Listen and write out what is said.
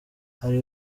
ari